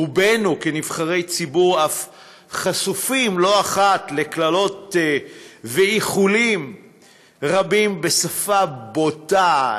רובנו כנבחרי ציבור אף חשופים לא אחת לקללות ואיחולים רבים בשפה בוטה,